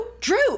Drew